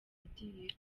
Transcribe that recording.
agiye